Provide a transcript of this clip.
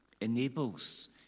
enables